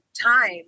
time